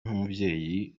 nk’umubyeyi